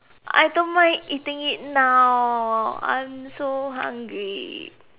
I don't mind eating it now I'm so hungry